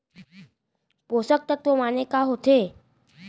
पोसक तत्व माने का होथे?